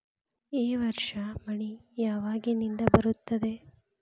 ಈ ವರ್ಷ ಮಳಿ ಯಾವಾಗಿನಿಂದ ಬರುತ್ತದೆ?